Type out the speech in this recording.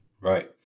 right